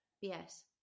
Yes